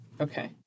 okay